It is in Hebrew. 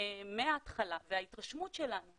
מההתחלה וההתרשמות שלנו היא